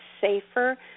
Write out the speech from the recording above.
safer